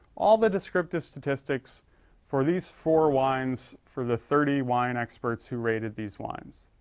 all the descriptive statistics for these four wines for the thirty wine experts who rates these wines.